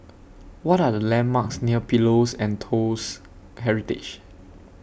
What Are The landmarks near Pillows and Toast Heritage